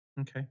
Okay